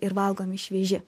ir valgomi švieži